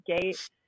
Gate